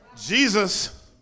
Jesus